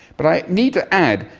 but i need to add,